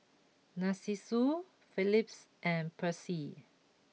Narcissus Phillips and Persil